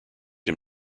him